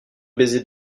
baiser